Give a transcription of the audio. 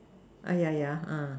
ya ya